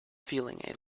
feeling